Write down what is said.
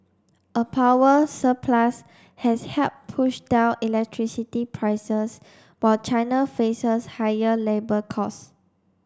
a power surplus has helped push down electricity prices while China faces higher labour costs